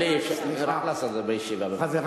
שלי, לעשות את זה בישיבה, אה, אי-אפשר, חדשים.